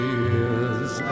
years